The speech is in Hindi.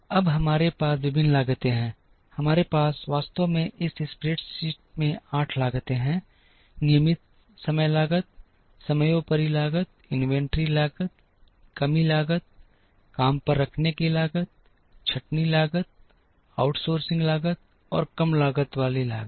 अब हमारे पास विभिन्न लागतें हैं हमारे पास वास्तव में इस स्प्रेडशीट में 8 लागतें हैं नियमित समय लागत समयोपरि लागत इन्वेंट्री लागत कमी लागत काम पर रखने की लागत छंटनी लागत आउटसोर्सिंग लागत और कम लागत वाली लागत